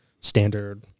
standard